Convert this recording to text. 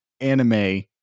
anime